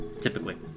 Typically